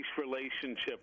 relationship